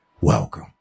welcome